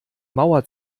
mauer